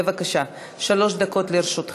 בבקשה, שלוש דקות לרשותך.